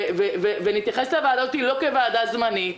ונתייחס לוועדות לא כוועדה זמנית,